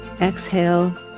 exhale